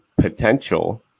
potential